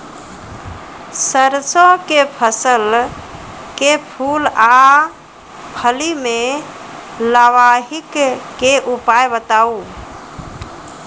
सरसों के फसल के फूल आ फली मे लाहीक के उपाय बताऊ?